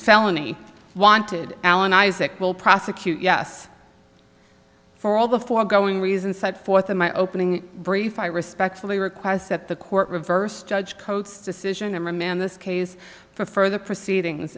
felony wanted alan isaac will prosecute yes for all the foregoing reason side fourth in my opening brief i respectfully request that the court reverse judge codes decision and remand this case for further proceedings